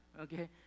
Okay